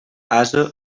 ase